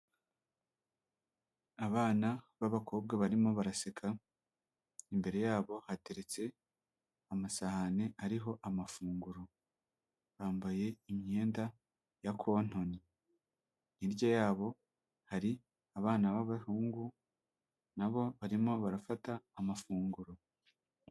Abana b'abakobwa barimo baraseka, imbere yabo hateretse amasahani ariho amafunguro. Bambaye imyenda ya kontoni, hirya yabo hari abana b'abahungu na bo barimo barafata amafunguro.